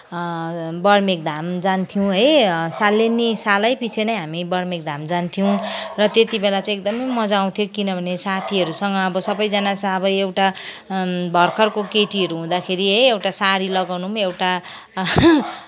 बर्मिकधाम जान्थ्यौँ है सालै नै सालैपछि नै हामी बर्मिकधाम जान्थ्यौँ र त्यतिबेला चाहिँ एकदमै मज्जा आउँथ्यो किनभने साथीहरूसँग अब सबैजना चाहिँ एउटा भर्खरको केटीहरू हुँदाखेरि है एउटा साडी लगाउनु पनि एउटा